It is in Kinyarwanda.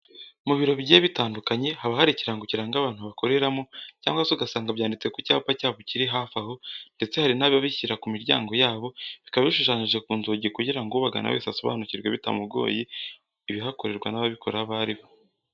Mu biro bigiye bitandukanye haba hari ikirango kiranga abantu bakoreramo cyangwa se ugasanga byanditse ku cyapa cyabo kiri hafi aho ndetse hari n'ababishyira ku miryango yabo bikaba bishushanyije ku nzugi kugira ngo ubagana wese asobanukirwe bitamugiye ibihakorerwa n'ababikora aba ari bo.